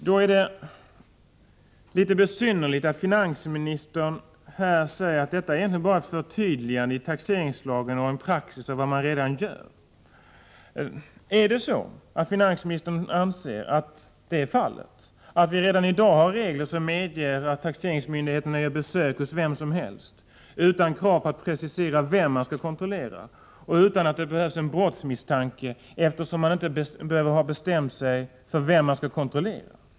Då är det litet besynnerligt att finansministern säger att det egentligen bara gäller ett förtydligande i taxeringslagen av en praxis som redan tillämpas. Är det så att finansministern anser att man redan i dag har regler som medger att taxeringsmyndigheterna gör besök hos vem som helst, utan krav på attsdet preciseras vem som skall kontrolleras och utan att det behövs en brottsmisstanke — eftersom man inte behöver ha bestämt sig för vem man skall kontrollera?